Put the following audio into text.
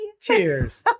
cheers